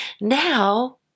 Now